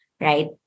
Right